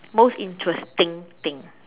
most interesting thing